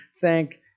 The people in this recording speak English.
thank